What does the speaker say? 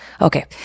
Okay